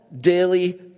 daily